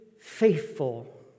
faithful